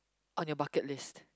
on your bucket list